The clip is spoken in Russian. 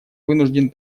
вынужден